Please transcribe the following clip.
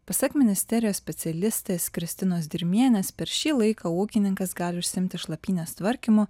pasak ministerijos specialistės kristinos dirmienės per šį laiką ūkininkas gali užsiimti šlapynės tvarkymu